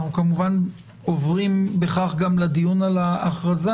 אנחנו כמובן עוברים בכך גם לדיון על ההכרזה.